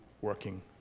working